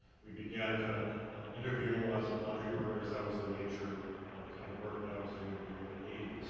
we'd began kind of interviewing lots of laundry workers, that was the major kind of work that i was doing in the early eighty